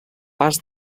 pas